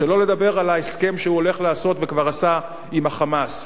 שלא לדבר על ההסכם שהוא הולך לעשות וכבר עשה עם ה"חמאס",